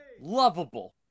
Lovable